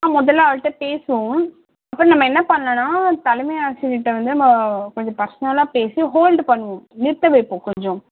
ஆ முதல்ல அவள்கிட்ட பேசுவோம் அப்புறம் நம்ம என்ன பண்ணலான்னா தலைமை ஆசிரியர்கிட்ட வந்து நம்ம கொஞ்சம் பர்சனலாக பேசி ஹோல்டு பண்ணுவோம் நிறுத்த வைப்போம் கொஞ்சம்